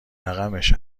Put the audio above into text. رقمش